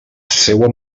seua